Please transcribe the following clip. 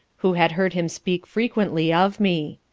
who had heard him speak frequently of me.